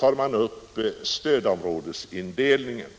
tar vi upp stödområdesindelningen.